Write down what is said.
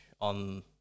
on